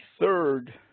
third